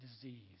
disease